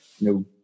No